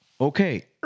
Okay